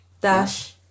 dash